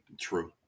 True